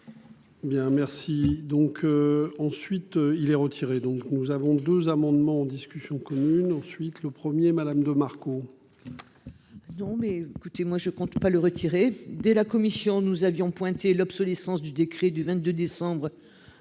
Bien merci donc. Ensuite il est retiré. Donc nous avons 2 amendements en discussion commune ensuite le 1er Madame de Marco. Non mais écoutez, moi je compte pas le retirer dès la Commission nous avions pointé l'obsolescence du décret du 22 décembre